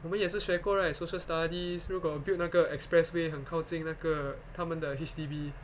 我们也是学过 right social studies 如果 build 那个 expressway 很靠近那个他们的 H_D_B